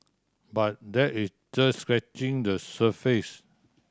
but that is just scratching the surface